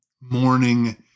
Morning